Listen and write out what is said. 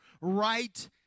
right